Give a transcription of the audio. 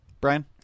Brian